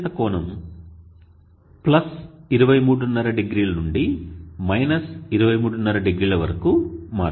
క్షీణత కోణం 23½0 నుండి 23½0 వరకు మారుతుంది